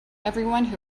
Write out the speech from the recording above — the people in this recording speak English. everyone